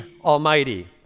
Almighty